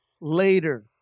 later